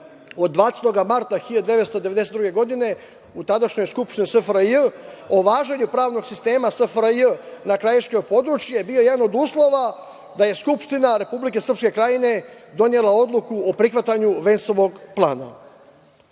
od 20. marta 1992. godine, u tadašnjoj Skupštini SFRJ o važenju pravnog sistema SFRJ na krajiško područje je bio jedan od uslova da je Skupština Republike Srpske Krajine donela odluku o prihvatanju Vensovog plana. Mislim